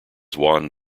juan